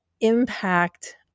impact